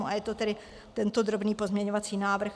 Je to tedy tento drobný pozměňovací návrh.